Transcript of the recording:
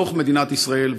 מתוך מדינת ישראל,